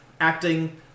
acting